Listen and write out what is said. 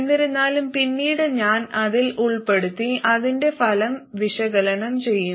എന്നിരുന്നാലും പിന്നീട് ഞാൻ അതിൽ ഉൾപ്പെടുത്തി അതിന്റെ ഫലം വിശകലനം ചെയ്യും